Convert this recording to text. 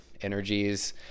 energies